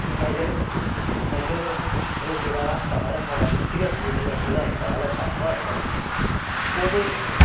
नगर नगर जेह्ड़ा अस्पताल ऐ साढ़ा डिस्ट्रिक्ट हास्पिटल दा जिला अस्पताल ऐ साम्बा जेह्ड़ा ओह्दे